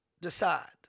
decide